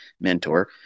mentor